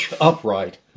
upright